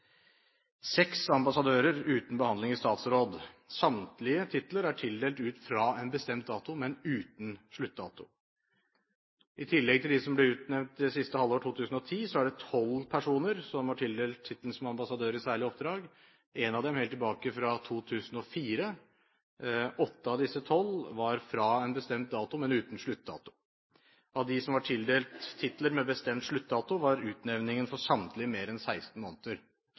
seks ambassadører uten behandling i statsråd. Samtlige titler er tildelt ut fra en bestemt dato, men uten sluttdato. I tillegg til dem som ble utnevnt siste halvår 2010, er det tolv personer som var tildelt tittelen som ambassadør i særlig oppdrag, én av dem helt tilbake fra 2004. Åtte av disse tolv var fra en bestemt dato, men uten sluttdato. Av dem som var tildelt titler med bestemt sluttdato, var utnevningen for samtlige mer enn 16 måneder.